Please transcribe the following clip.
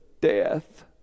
death